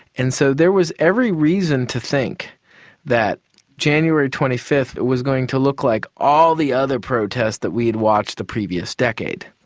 and so there was every reason to think that january twenty fifth was going to look like all the other protests that we had watched the previous decade.